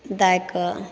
दाइके